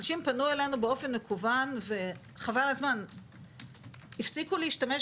אנשים פנו אלינו באופן מקוון והפסיקו להשתמש